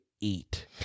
eat